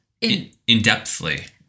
In-depthly